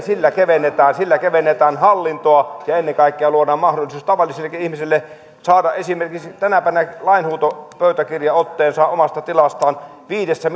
sillä kevennetään sillä kevennetään hallintoa ja ennen kaikkea luodaan mahdollisuus tavallisillekin ihmisille saada esimerkiksi tänä päivänä lainhuutopöytäkirjaotteensa omasta tilastaan viidessä